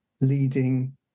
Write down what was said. leading